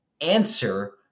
answer